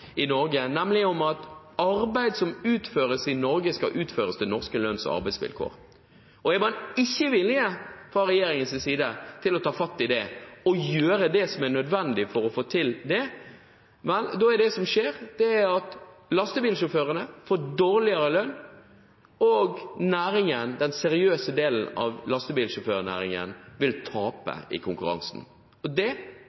i Norge, nemlig at arbeid som utføres i Norge, skal utføres etter norske lønns- og arbeidsvilkår. Er man fra regjeringens side ikke villig til å ta fatt i det og gjøre det som er nødvendig for å få det til, vil lastebilsjåførene få dårligere lønn, og den seriøse delen av lastebilnæringen vil tape i konkurransen. Det vil være næringsfiendtlig fra regjeringen, og det er en politikk som jeg vil